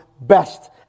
best